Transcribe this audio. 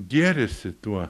gėrisi tuo